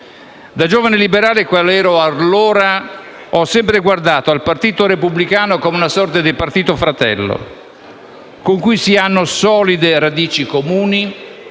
Da giovane liberale qual ero allora, ho sempre guardato al Partito Repubblicano come ad una sorta di partito fratello, con cui si hanno solide radici comuni